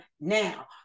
now